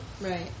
Right